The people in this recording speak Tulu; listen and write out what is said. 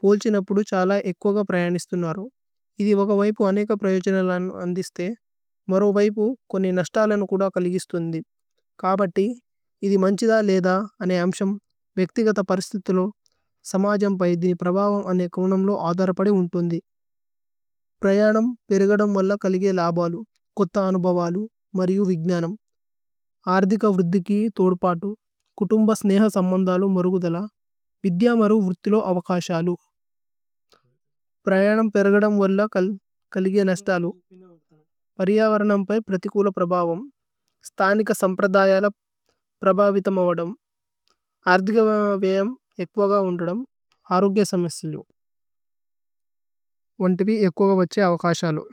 പോല്ഛിന് അപുദു ഛല ഏക്കോ ക പ്രയനിശ്തിന്വരു। ഇതി വഗ വൈപു അനേക പ്രയജന ലന അന്ദിശ്ഥേ, മരോ വൈപു കോനി നസ്തലാനു കുദ കലിഗിശ്തിനുന്ദി। കാബത്തി ഇതി മന്ഛിദ ലേദ, അനേ അമ്ശമ്, വേക്തി ഗത പരിസ്തിത്ലു സമജമ് പൈദിനി പ്രവവമ് അനേ കൌനമ് ലു ആദരപദി ഉന്ദുന്ദി। പ്രയനാമ് പേരേഗദമ് വര്ല കലിഗയ് ലാബലു, കോതാനുബബലു, മരിയു വിഗ്നനമ്, ആര്ദിക വ്ര്ദ്ദികി, തോദ്പാതു, കുതുമ്ബസ്നേഹ സമന്ദലു। മോരുഗുദല, വിദ്യ മരു വ്ര്ദ്ധി ലോ അവകശാലു। പ്രയനാമ് പേരേഗദമ് വര്ല കലിഗയ് നശ്തലു, പരിയവരനാമ് പഏ പ്ര്ഥികുല പ്രവവമ്, സ്തനിക സമ്പ്രദയല പ്രവവിതമവദമ്, ആര്ദികവമ് വയമ് ഏക്വഗ ഉന്രദമ്, ആരുഗ്ഗേ സമശലു। വന്ഥിപി ഏക്വഗ വഛ്സേ അവകശാലു।